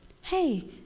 Hey